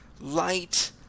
light